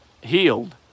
Healed